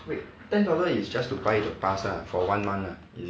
wait ten dollar is just to buy the pass lah for one month lah is it